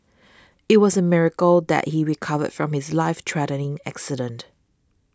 it was a miracle that he recovered from his life threatening accident